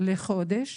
לחודש.